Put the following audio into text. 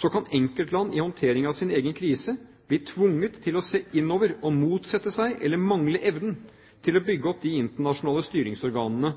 kan enkeltland i håndtering av sin egen krise bli tvunget til å se innover og motsette seg, eller mangle evnen til, å bygge opp de internasjonale styringsorganene